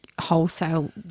wholesale